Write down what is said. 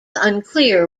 unclear